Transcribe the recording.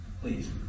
Please